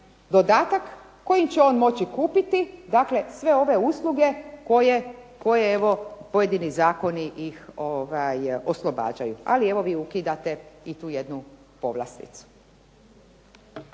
dodatak kojim će on moći kupiti dakle sve ove usluge koje evo pojedini zakoni ih oslobađaju. Ali evo vi ukidate i tu jednu povlasticu.